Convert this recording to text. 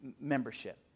membership